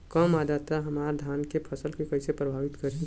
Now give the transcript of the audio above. कम आद्रता हमार धान के फसल के कइसे प्रभावित करी?